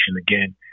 again